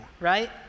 right